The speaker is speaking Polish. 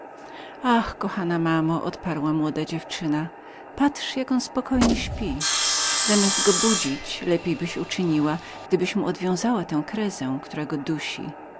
ach kochana mamo zawołała półgłosem młoda dziewczyna patrz jak on spokojnie spi zamiast co go chcesz budzić lepiejbyś uczyniła gdybyś mu odwiązała tę kryzę która go dusi